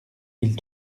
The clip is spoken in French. mille